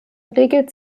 regelt